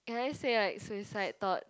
can I say like suicide thoughts